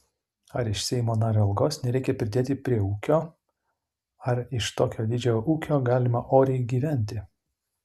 ar iš seimo nario algos nereikia pridėti prie ūkio ar iš tokio dydžio ūkio galima oriai gyventi